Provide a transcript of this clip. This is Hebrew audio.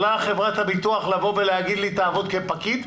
יכולה חברת הביטוח להגיד לי שאעבוד כפקיד?